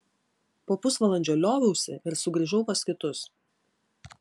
po pusvalandžio lioviausi ir sugrįžau pas kitus